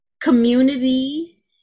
community